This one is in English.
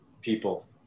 People